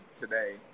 today